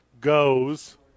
goes